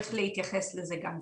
וצריך להתייחס גם לזה.